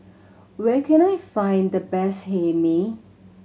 where can I find the best Hae Mee